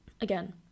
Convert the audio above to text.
again